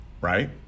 right